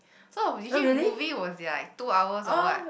so usually movie was like two hours or what